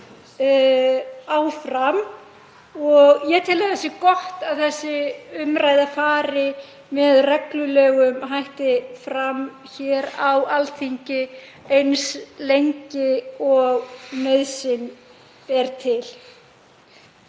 áfram og ég tel að það sé gott að umræðan fari með reglulegum hætti fram á Alþingi eins lengi og nauðsyn ber til.